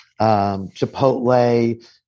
Chipotle